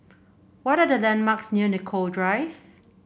what are the landmarks near Nicoll Drive